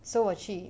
so 我去